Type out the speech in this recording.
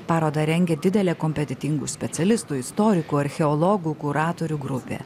parodą rengia didelė kompetentingų specialistų istorikų archeologų kuratorių grupė